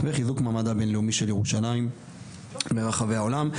וחיזוק מעמדה הבינלאומי של ירושלים ברחבי העולם.